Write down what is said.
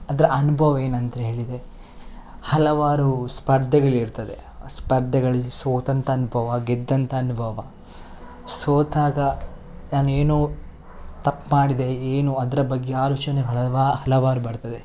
ಅದರ ಅನುಭವ ಏನಂತ ಹೇಳಿದರೆ ಹಲವಾರು ಸ್ಪರ್ಧೆಗಳಿರ್ತದೆ ಆ ಸ್ಪರ್ಧೆಗಳಲ್ಲಿ ಸೋತಂಥ ಅನುಭವ ಗೆದ್ದಂಥ ಅನುಭವ ಸೋತಾಗ ನಾನು ಏನು ತಪ್ಪು ಮಾಡಿದೆ ಏನು ಅದರ ಬಗ್ಗೆ ಆಲೋಚನೆ ಹಳವಾ ಹಲವಾರು ಬರ್ತದೆ